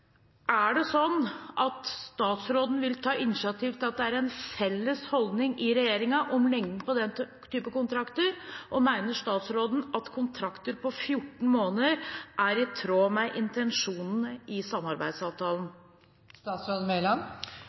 statsråden ta initiativ til at det skal være en felles holdning i regjeringen om lengden på den typen kontrakter, og mener statsråden at kontrakter på 14 måneder er i tråd med intensjonene i samarbeidsavtalen?